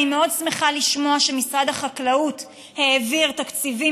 אני מאוד שמחה לשמוע שמשרד החקלאות העביר תקציבים